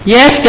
Yes